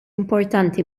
importanti